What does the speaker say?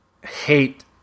hate